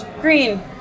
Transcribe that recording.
green